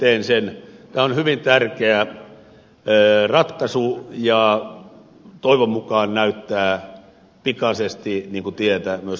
tämä on hyvin tärkeä ratkaisu ja toivon mukaan näyttää pikaisesti tietä myöskin jatkotoimiin